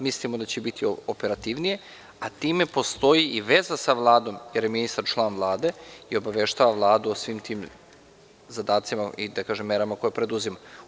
Mislimo da će biti operativnije, a time postoji i veza sa Vladom, jer je ministar član Vlade i obaveštava Vladu o svim tim zadacima i merama koje preduzima.